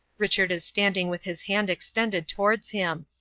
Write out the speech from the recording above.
richard is standing with his hand extended towards him.